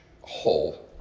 hole